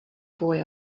boy